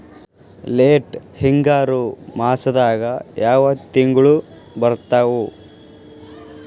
Late ಹಿಂಗಾರು ಮಾಸದಾಗ ಯಾವ್ ತಿಂಗ್ಳು ಬರ್ತಾವು?